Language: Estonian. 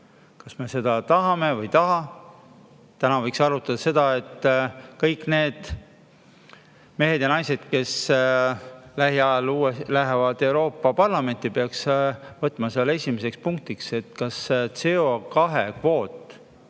kas me seda tahame või ei taha. Võiks arutada seda, et kõik need mehed ja naised, kes lähiajal lähevad Euroopa Parlamenti, peaks võtma seal esimeseks punktiks selle, kas CO2-kvoot